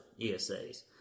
ESAs